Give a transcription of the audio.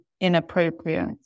inappropriate